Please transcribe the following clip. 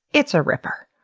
it's a ripper.